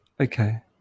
Okay